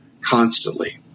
constantly